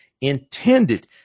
intended